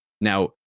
Now